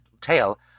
tale